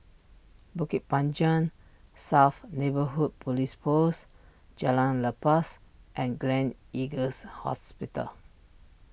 Bukit Panjang South Neighbourhood Police Post Jalan Lepas and Gleneagles Hospital